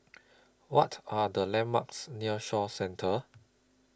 What Are The landmarks near Shaw Centre